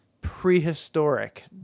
prehistoric